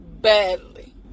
badly